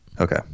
okay